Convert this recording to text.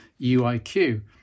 UIQ